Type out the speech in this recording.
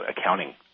accounting